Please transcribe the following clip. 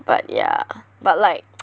but yeah but like